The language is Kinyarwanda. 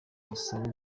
busabe